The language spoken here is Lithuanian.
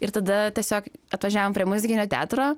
ir tada tiesiog atvažiavom prie muzikinio teatro